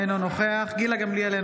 אינו נוכח גילה גמליאל,